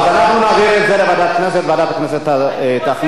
אנחנו נעביר את זה לוועדת הכנסת שתחליט.